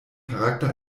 charakter